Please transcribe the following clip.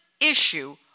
issue